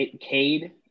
Cade